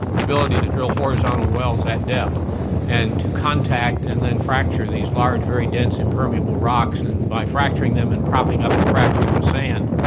the ability to drill horizontal wells at depth and to contact and then fracture these large very dense impermeable rocks, and by fracturing them and propping up the fractures with sand,